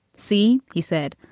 see, he said,